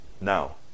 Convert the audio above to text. now